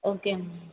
okay